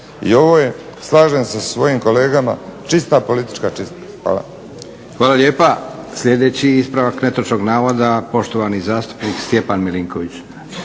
I ovo je slažem se sa svojim kolegama, čista politička čistka. Hvala. **Leko, Josip (SDP)** Hvala lijepa. Sljedeći ispravak netočnog navoda poštovani zastupnik Stjepan Milinković.